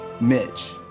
Mitch